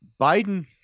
Biden